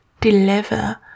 deliver